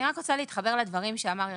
אני רק רוצה להתחבר לדברים שאמר ערן.